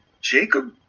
Jacob